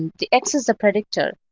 the x as a predictor.